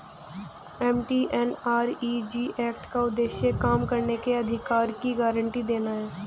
MGNREG act का उद्देश्य काम करने के अधिकार की गारंटी देना है